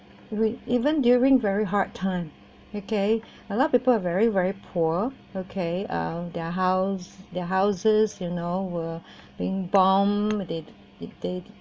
even during very hard time okay a lot of people are very very poor okay uh their house their houses you know were being bombed they